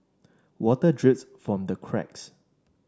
water drips from the cracks